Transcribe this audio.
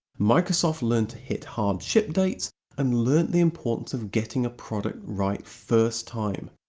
microsoft learnt to hit hard ship dates and learnt the importance of getting a product right first time.